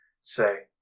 say